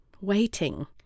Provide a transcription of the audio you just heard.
Waiting